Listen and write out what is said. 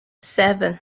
seven